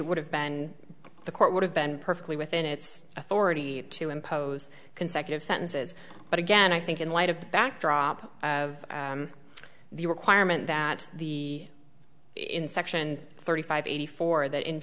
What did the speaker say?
would have been the court would have been perfectly within its authority to impose consecutive sentences but again i think in light of the backdrop of the requirement that the in section thirty five eighty four that in